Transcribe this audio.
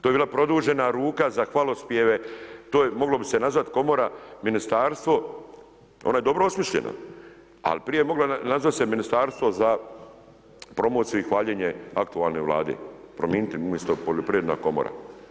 To je bila produžena ruka za hvalospjeve, to je, moglo bi se nazvati Komora, ministarstvo ona je dobro osmišljena, ali prije mogla nazvati ministarstvo za promociju i hvaljenje aktualne vlade, promijeniti, umjesto Poljoprivredna komora.